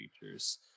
features